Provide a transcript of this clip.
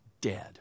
dead